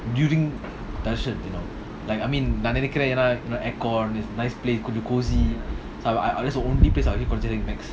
during like I mean நான்நெனக்கிறேன்ஏனா:nan nenaikren yena aircon it's a nice place கொஞ்சம்:konjam cosy that's the only place I'll eat considering macs